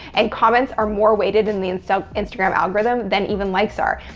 and comments are more weighted in the and so instagram algorithm than even likes are.